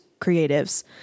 creatives